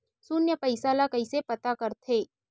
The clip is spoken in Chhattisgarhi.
शून्य पईसा ला कइसे पता करथे?